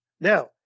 Now